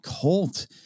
cult